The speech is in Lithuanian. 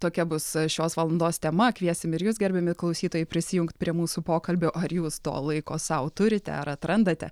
tokia bus šios valandos tema kviesim ir jus gerbiami klausytojai prisijungt prie mūsų pokalbio ar jūs to laiko sau turite ar atrandate